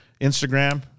instagram